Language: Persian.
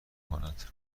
کنند